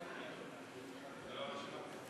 ביטון.